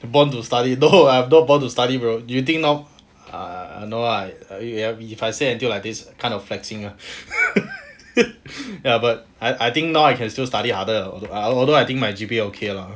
born to study no lah not born to study bro you think now no lah I if I say until like this kind of flexing ah ya but but I think now I can still study other than I think my G_P_A okay lah